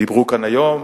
דיברו כאן היום,